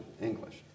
English